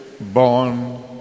Born